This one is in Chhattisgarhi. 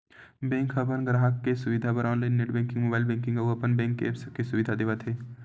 बेंक ह अपन गराहक के सुबिधा बर online net banking, mobile banking अउ अपन बेंक के ऐप्स के सुबिधा देवत हे